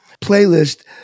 playlist